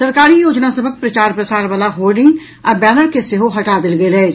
सरकारी योजना सभक प्रचार प्रसार वला होर्डिंग आ बैनर के सेहो हटा देल गेल अछि